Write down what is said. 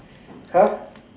!huh!